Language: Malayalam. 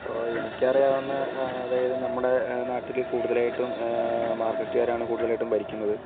ഇപ്പോൾ എനിക്കറിയാവുന്ന അതായത് നമ്മുടെ നാട്ടിൽ കൂടുതലായിട്ടും മാർക്കിസ്റ്റുകാരാണ് കൂടുതലായിട്ടും ഭരിക്കുന്നത്